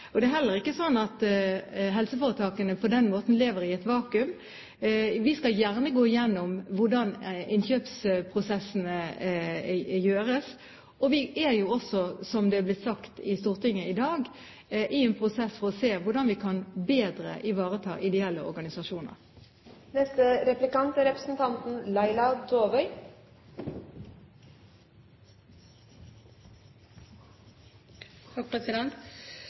vært. Det er heller ikke sånn at helseforetakene på den måten lever i et vakuum. Vi skal gjerne gå igjennom hvordan innkjøpsprosessene gjøres, og vi er også, som det er blitt sagt i Stortinget i dag, i en prosess for å se på hvordan vi bedre kan ivareta ideelle organisasjoner. Helse Sør-Øst skrev i går på hjemmesidene sine at de mener det er